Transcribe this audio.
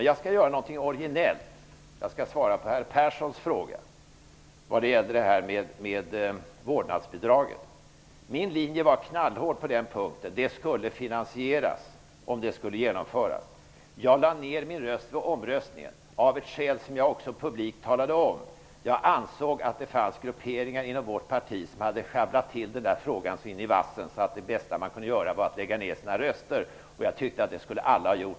Jag skall göra någonting originellt och svara på herr Perssons fråga om vårdnadsbidraget. Min linje var knallhård på den punkten: Det skulle finansieras om det skulle genomföras. Jag lade ned min röst vid omröstningen av ett skäl som jag också publikt talade om. Jag ansåg nämligen att det fanns grupperingar inom vårt parti som hade sjabblat i den där frågan så in i vassen att det bästa man kunde göra var att lägga ner sin röst. Det tycker jag att alla skulle ha gjort.